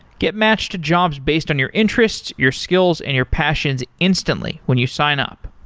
get matched to jobs based on your interests, your skills and your passions instantly when you sign up.